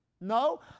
no